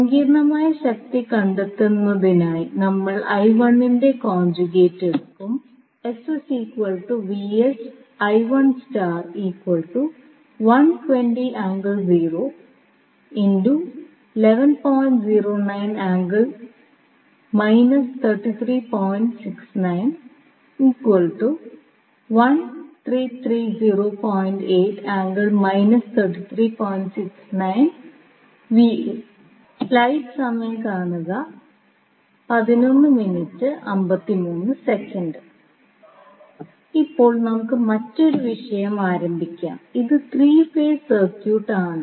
സങ്കീർണ്ണമായ ശക്തി കണ്ടെത്തുന്നതിനായി നമ്മൾ ൻറെ കോൻജുഗേറ്റ് എടുക്കും ഇപ്പോൾ നമുക്ക് മറ്റൊരു വിഷയം ആരംഭിക്കാം അത് 3 ഫേസ് സർക്യൂട്ട് ആണ്